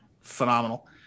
phenomenal